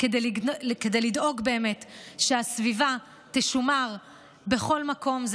כדי לדאוג באמת שהסביבה תשומר בכל מקום.